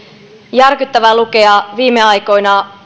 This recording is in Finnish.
järkyttävää lukea viime aikoina